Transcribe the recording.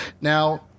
Now